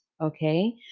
okay